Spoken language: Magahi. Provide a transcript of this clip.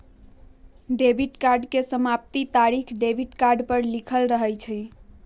डेबिट कार्ड के समाप्ति तारिख डेबिट कार्ड पर लिखल रहइ छै